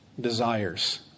desires